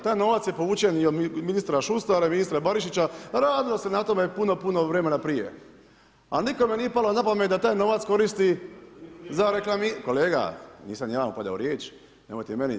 Taj novac je povučen i od ministra Šustara i ministra Barišića, radilo se na tome puno, puno vremena prije, ali nikome nije palo na pamet da taj novac koristi za reklamiranje… ... [[Upadica: ne čuje se.]] Kolega, nisam ni ja vama upadao u riječ, nemojte ni vi meni.